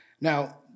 Now